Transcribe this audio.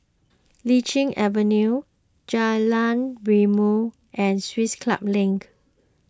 Lichi Avenue Jalan Rimau and Swiss Club Link